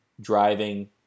driving